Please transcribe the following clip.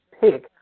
pick